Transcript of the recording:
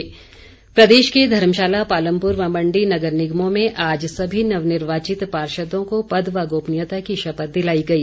mayor शपथ प्रदेश के धर्मशाला पालमपुर व मण्डी नगर निगमों में आज सभी नवनिर्वाचित पार्षदों को पद व गोपनीयता की शपथ दिलाई गई